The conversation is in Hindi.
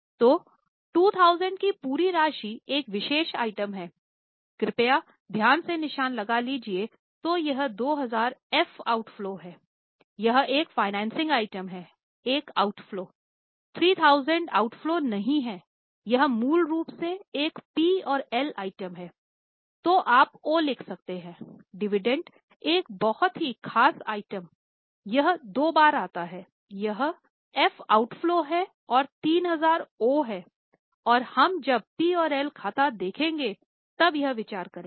तो2000 की पूरी राशि एक विशेष आइटम है कृपया ध्यान से निशान लगा लीजिये तो यह 2000 एफ ऑउटफ्लो है और 3000 ओ है हम जब पी और एल खाता देखे गए तब यह विचार करेंगे